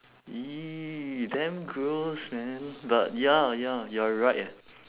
!ee! damn gross man but ya ya you are right eh